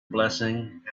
blessing